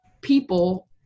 people